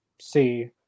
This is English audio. see